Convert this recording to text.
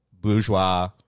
bourgeois